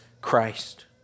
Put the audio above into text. Christ